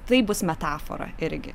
tai bus metafora irgi